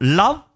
love